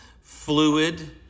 fluid